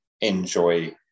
enjoy